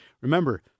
remember